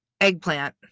Eggplant